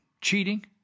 cheating